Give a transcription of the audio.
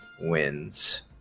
wins